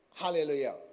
hallelujah